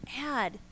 add